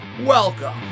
welcome